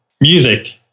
music